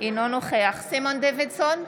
אינו נוכח סימון דוידסון,